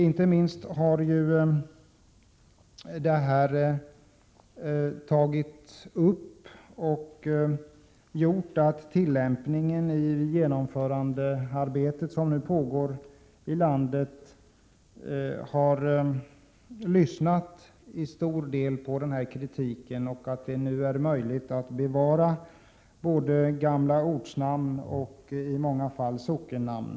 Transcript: Inte minst har kravet aktualiserats i arbetet med genomförandet av fastighetsbildningsreformen och medfört att man lyssnat på den kritik som framförts. Detta har gjort det möjligt att bevara våra gamla ortnamn och i många fall även sockennamn.